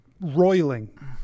roiling